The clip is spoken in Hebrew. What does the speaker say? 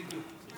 בדיוק.